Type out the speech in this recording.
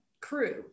crew